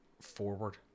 forward